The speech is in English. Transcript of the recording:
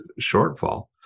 shortfall